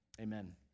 Amen